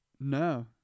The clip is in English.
no